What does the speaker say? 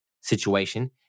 situation